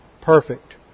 perfect